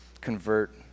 convert